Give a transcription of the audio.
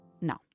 No